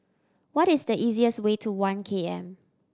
what is the easiest way to One K M